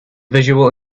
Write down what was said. visual